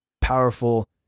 powerful